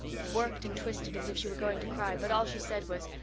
it worked and twisted as if she were going to cry, but all she said was,